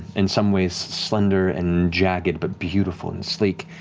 in some ways slender and jagged, but beautiful and sleek.